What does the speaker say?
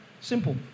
Simple